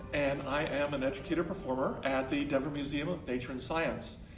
and i am an educator performer, at the denver museum of nature and science.